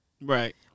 Right